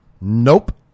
Nope